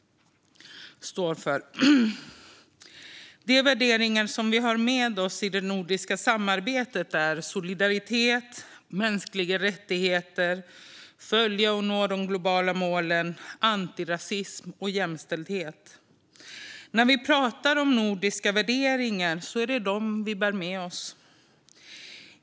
De värderingar som vi har med oss i det nordiska samarbetet är solidaritet, mänskliga rättigheter, att följa och nå de globala målen, antirasism och jämställdhet. När vi pratar om nordiska värderingar är det dem vi bär med oss.